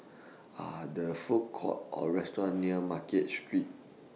Are The Food Courts Or restaurants near Market Street